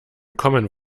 common